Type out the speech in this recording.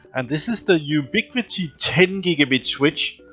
and this is the ubiquiti ten gigabit switch.